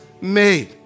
made